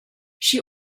she